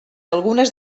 algunes